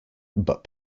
but